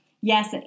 yes